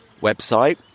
website